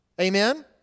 Amen